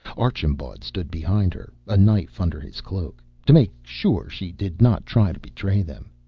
archambaud stood behind her, a knife under his cloak, to make sure she did not try to betray them.